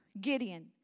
Gideon